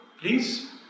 Please